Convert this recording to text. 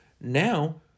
Now